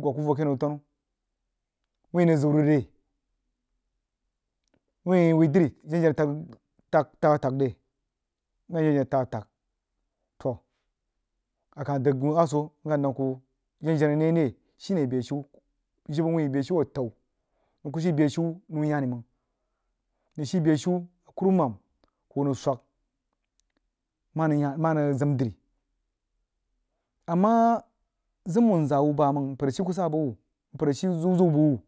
gwog kuh voh akeh nou-tanu win nəng zəun rig re whi wuidri jewanch tag nəm zaf-zag toh a kah dəg a soh akah dang kuh whin jen-jenah ne re shine beshiu jibə uuh beshiu aku uhh kah shi beshiu nou-yani mang nəng shii beshiu kurumam hwo nəng swag mah anən yau mah anəng zəm dri a mah zəm uhuzah uhh bamang npər a shii kusa bəji uuh npər a shii zəu zəu bəg uuh.